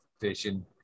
fishing